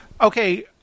Okay